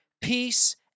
peace